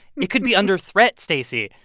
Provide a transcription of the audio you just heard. it could be under threat, stacey.